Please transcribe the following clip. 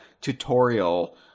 tutorial